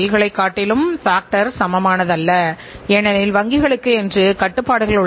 இந்த ஆண்டின் ஒரு காலாண்டில் அல்லது அடுத்த 3 மாதங்களில் என்கின்ற அடிப்படையில் அமைகின்றது